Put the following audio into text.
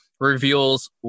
reveals